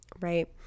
right